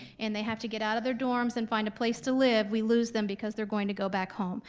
and they have to get out of their dorms and find a place to live, we lose them because they're going to go back home.